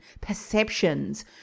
perceptions